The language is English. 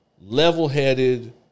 level-headed